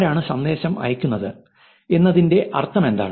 ആരാണ് സന്ദേശം അയക്കുന്നത് എന്നതിന്റെ അർത്ഥമെന്താണ്